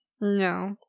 No